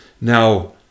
Now